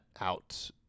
out